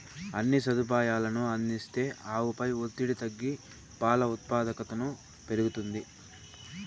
అన్ని సదుపాయాలనూ అందిస్తే ఆవుపై ఒత్తిడి తగ్గి పాల ఉత్పాదకతను పెరుగుతుంది